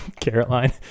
Caroline